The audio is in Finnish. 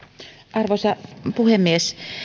arvoisa puhemies